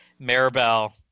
Maribel